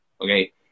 Okay